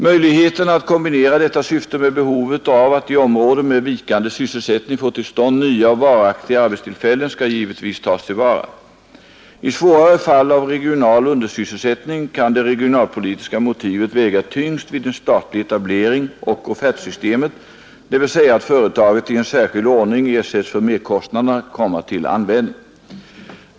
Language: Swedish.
Möjligheterna att kombinera detta syfte med behovet av att i områden med vikande sysselsättning få till stånd nya och varaktiga arbetstillfällen skall givetvis tas till vara. I svårare fall av regional undersysselsättning kan det regionalpolitiska motivet väga tyngst vid en statlig etablering och offertsystemet, dvs. att företaget i särskild ordning ersätts för merkostnaderna, komma till användning.